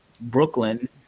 Brooklyn